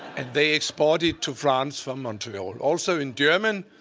and they export it to france from montreal. also in german,